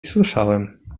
słyszałem